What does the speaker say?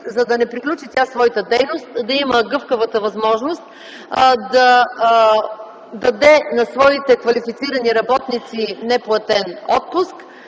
за да не приключва своята дейност, да има гъвкавата възможност да даде на своите квалифицирани работници неплатен отпуск,